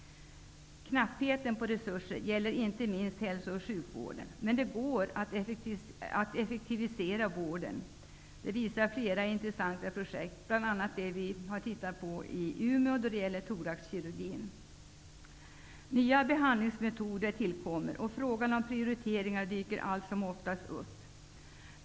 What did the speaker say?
Knappheten på resurser gäller inte minst hälsooch sjukvården. Men det går att effektivisera vården. Det visar flera intressanta projekt, bl.a. Nya behandlingsmetoder tillkommer, och frågan om prioriteringar dyker allt som oftast upp.